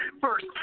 first